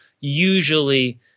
usually